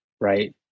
right